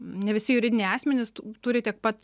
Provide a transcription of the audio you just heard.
ne visi juridiniai asmenys turi tiek pat